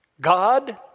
God